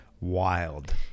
Wild